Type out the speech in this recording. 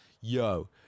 Yo